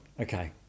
Okay